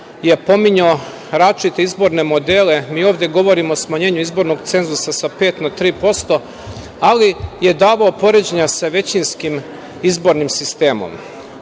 je pominjao različite izborne modele. Mi ovde govorimo o smanjenju izbornog cenzusa sa 5% na 3%, ali je davao poređenje sa većinskom izbornim sistemom.